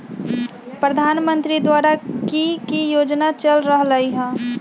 प्रधानमंत्री द्वारा की की योजना चल रहलई ह?